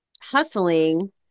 hustling